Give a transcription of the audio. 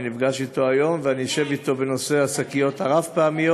אני נפגש אתו היום ואני אשב אתו בנושא השקיות הרב-פעמיות,